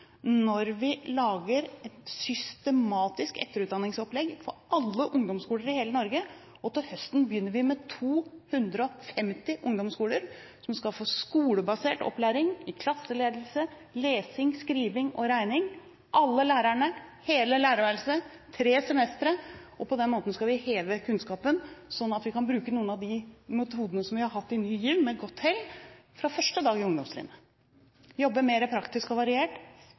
når vi lager et systematisk etterutdanningsopplegg for alle ungdomsskoler i hele Norge. Til høsten begynner vi med 250 ungdomsskoler som skal få skolebasert opplæring i klasseledelse, lesing, skriving og regning – alle lærerne, hele lærerværelset, tre semestre. På den måten skal vi heve kunnskapen sånn at vi kan bruke noen av de metodene som vi har hatt i Ny GIV – med godt hell – fra første dag i ungdomstrinnet: jobbe mer praktisk og variert